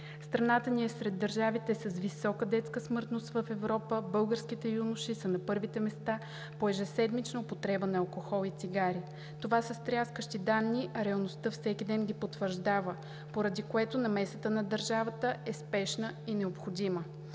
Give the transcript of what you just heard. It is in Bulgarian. Страната ни е сред държавите с висока детска смъртност в Европа, българските юноши са на първите места по ежеседмична употреба на алкохол и цигари. Това са стряскащи данни, а реалността всеки ден ги потвърждава, поради което намесата на държавата е спешна и необходима.